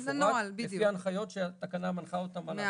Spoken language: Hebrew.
לפי ההנחיות שהתקנה מנחה אותם מה לעשות.